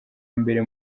mbere